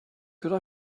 could